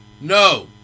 No